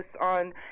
on